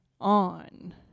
on